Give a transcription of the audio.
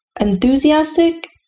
Enthusiastic